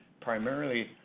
primarily